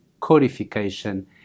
codification